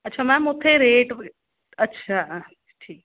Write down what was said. ਅੱਛਾ ਮੈਮ ਉੱਥੇ ਰੇਟ ਵੀ ਅੱਛਾ ਠੀਕ